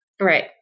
Right